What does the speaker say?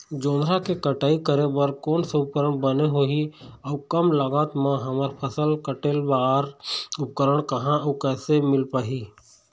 जोंधरा के कटाई करें बर कोन सा उपकरण बने होही अऊ कम लागत मा हमर फसल कटेल बार उपकरण कहा अउ कैसे मील पाही?